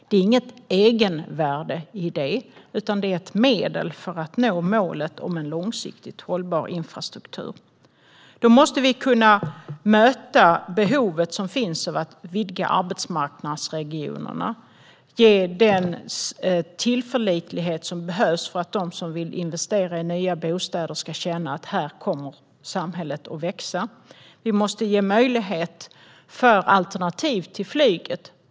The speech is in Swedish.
Det finns inget egenvärde i det, utan det är ett medel för att nå målet om en långsiktigt hållbar infrastruktur. Då måste vi kunna möta det behov som finns av att vidga arbetsmarknadsregionerna och ge den tillförlitlighet som behövs för att de som vill investera i nya bostäder ska känna att här kommer samhället att växa. Vi måste ge möjlighet för alternativ till flyget.